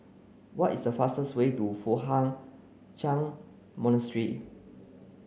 what is the fastest way to Foo Hai Ch'an Monastery